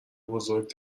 بزرگ